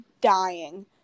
dying